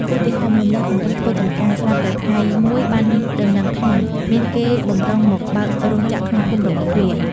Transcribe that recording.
ឧទាហរណ៍ៈ មនុស្សម្នាក់កំពុងធ្វើចម្ការ ស្រាប់តែថ្ងៃមួយបានដំណឹងថា មានគេបម្រុងមកបើករោងចក្រក្នុងភូមិរបស់ខ្លួន ។